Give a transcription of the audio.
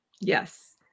Yes